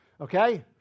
Okay